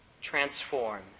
transform